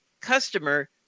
customer